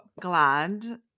glad